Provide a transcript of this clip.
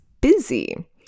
busy